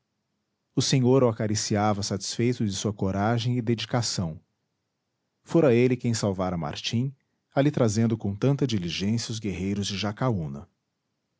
o senhor o acariciava satisfeito de sua coragem e dedicação fora ele quem salvara martim ali trazendo com tanta diligência os guerreiros de jacaúna